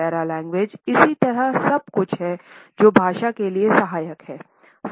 paralanguage इसी तरह सब कुछ है जो भाषा के लिए सहायक है